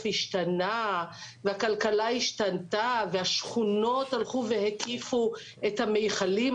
השתנה והכלכלה השתנתה והשכונות הלכו והקיפו את המכלים,